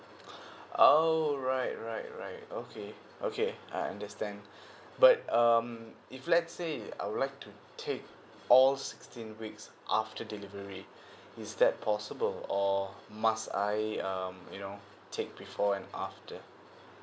oh right right right okay okay I understand but um if let's say I would like to take all sixteen weeks after delivery is that possible or must I um you know take before and after